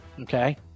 Okay